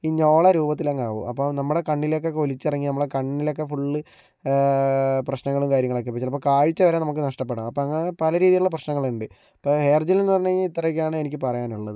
ഈ ഞോള രൂപത്തിലങ്ങാവും അപ്പോൾ നമ്മുടെ കണ്ണിലേക്കൊക്കെ ഒലിച്ചിറങ്ങി നമ്മളെ കണ്ണിലൊക്കെ ഫുൾ പ്രശ്നങ്ങളും കാര്യങ്ങളൊക്കെ ആവും ചിലപ്പോൾ കാഴ്ചവരെ നമുക്ക് നഷ്ടപ്പെടാം അപ്പോൾ അങ്ങനെ പല രീതിയിലുള്ള പ്രശ്നങ്ങളുണ്ട് ഇപ്പോൾ ഹെയർ ജെല്ലെന്നു പറഞ്ഞു കഴിഞ്ഞാൽ ഇത്രയൊക്കെയാണ് എനിക്ക് പറയാനുള്ളത്